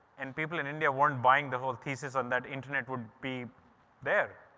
and people in india weren't buying the whole thesis on that internet would be there.